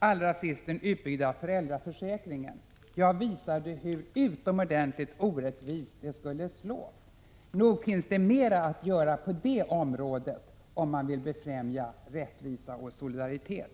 Allra sist om den utbyggda föräldraförsäkringen: Jag visade tidigare hur utomordentligt orättvist den skulle slå. Nog finns det mera att göra på det området, Bengt Lindqvist, om man vill befrämja rättvisa och solidaritet.